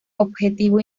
objetivo